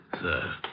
sir